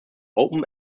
open